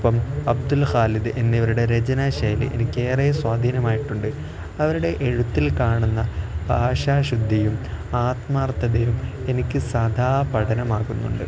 ഒപ്പം അബ്ദുൽ ഖാലിദ് എന്നിവരുടെ രചനാശൈലി എനിക്ക് ഏറെ സ്വാധീനമായിട്ടുണ്ട് അവരുടെ എഴുത്തിൽ കാണുന്ന ഭാഷാശുദ്ധിയും ആത്മാർത്ഥതെയും എനിക്ക് സദാ പഠനമാകുന്നുണ്ട്